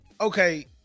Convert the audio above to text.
okay